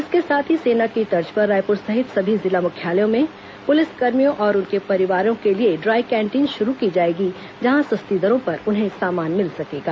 इसके साथ ही सेना की तर्ज पर रायपुर सहित सभी जिला मुख्यालयों में पुलिसकर्मियों और उनके परिवारों के ड्राई कैंटीन शुरू की जाएगी जहां सस्ती दरों पर उन्हें सामान मिल सकेगा